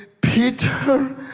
Peter